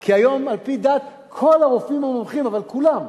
כי היום, על-פי דעת כל הרופאים המומחים, אבל כולם,